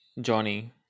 Johnny